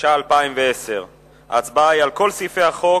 התש"ע 2010. ההצבעה היא על כל סעיפי החוק